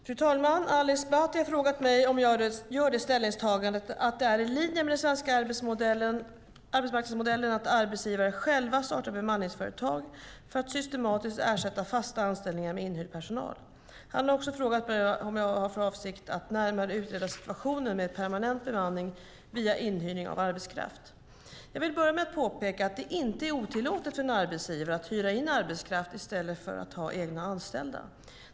Fru talman! Ali Esbati har frågat mig om jag gör det ställningstagandet att det är i linje med den svenska arbetsmarknadsmodellen att arbetsgivare själva startar bemanningsföretag för att systematiskt ersätta fasta anställningar med inhyrd personal. Han har också frågat mig om jag har för avsikt att närmare utreda situationen med permanent bemanning via inhyrning av arbetskraft. Jag vill börja med att påpeka att det inte är otillåtet för en arbetsgivare att hyra in arbetskraft i stället för att ha egna anställda.